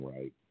right